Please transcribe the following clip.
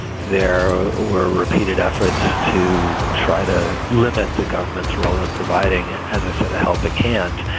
there were repeated efforts to try to limit the government's role in providing, as i said, a helping hand.